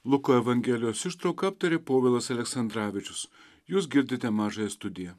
luko evangelijos ištrauką aptarė povilas aleksandravičius jūs girdite mažąją studiją